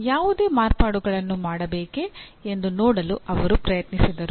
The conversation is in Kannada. ಯಾವುದೇ ಮಾರ್ಪಾಡುಗಳನ್ನು ಮಾಡಬೇಕೇ ಎಂದು ನೋಡಲು ಅವರು ಪ್ರಯತ್ನಿಸಿದರು